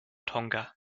tonga